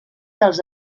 dels